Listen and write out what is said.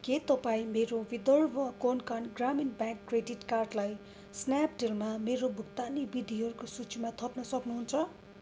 के तपाईँ मेरो विदर्भ कोंकण ग्रामीण ब्याङ्क क्रेडिट कार्डलाई स्न्यापडिलमा मेरो भुक्तानी विधिहरूको सूचीमा थप्न सक्नुहुन्छ